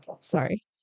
Sorry